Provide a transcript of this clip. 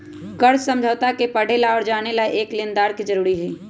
कर्ज समझौता के पढ़े ला और जाने ला एक लेनदार के जरूरी हई